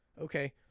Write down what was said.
Okay